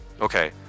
okay